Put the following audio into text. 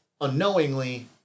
Unknowingly